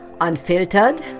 Unfiltered